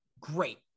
Great